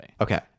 Okay